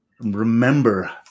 remember